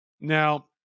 Now